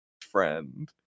friend